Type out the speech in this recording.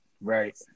Right